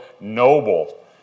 noble